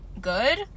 good